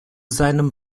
seinem